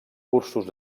cursos